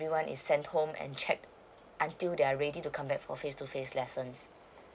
everyone is sent home and check until they're ready to come back for face to face lessons